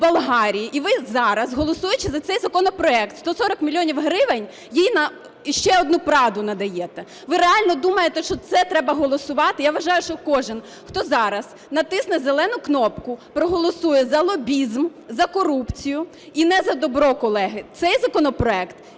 ви зараз, голосуючи за цей законопроект, 140 мільйонів гривень їй ще на одну "прадо" надаєте. Ви реально думаєте, що це треба голосувати!? Я вважаю, що кожен, хто зараз натисне зелену кнопку, проголосує за лобізм, за корупцію і не за добро, колеги. Цей законопроект